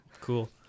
Cool